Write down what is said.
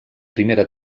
primera